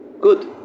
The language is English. good